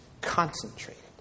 concentrated